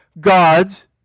God's